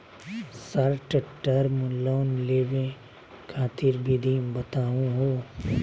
Short term loan लेवे खातीर विधि बताहु हो?